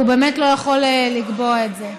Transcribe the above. והוא באמת לא יכול לקבוע את זה.